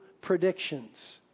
predictions